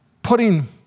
Putting